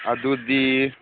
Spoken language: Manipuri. ꯑꯗꯨꯗꯤ